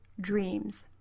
dreams